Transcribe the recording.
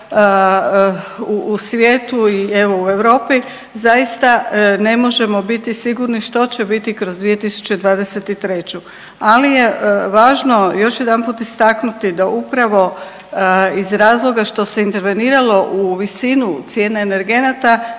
u svijetu i evo u Europi zaista ne možemo biti sigurni što će biti kroz 2023. Ali je važno još jedanput istaknuti da upravo iz razloga što se interveniralo u visinu cijene energenata